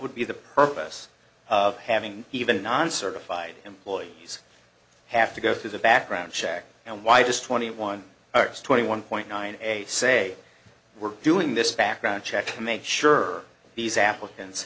would be the purpose of having even a non certified employees have to go through the background check and why does twenty one twenty one point nine eight say we're doing this background check to make sure these applicants